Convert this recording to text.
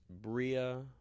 bria